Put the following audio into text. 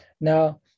Now